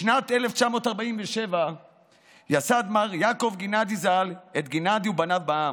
בשנת 1947 ייסד מר יעקב גינדי ז"ל את גינדי ובניו בע"מ,